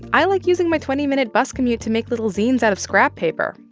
i like using my twenty minute bus commute to make little zines out of scrap paper.